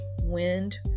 wind